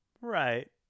Right